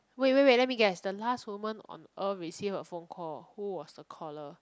wait wait wait let me guess the last women on earth received a phone call who was the caller